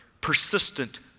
persistent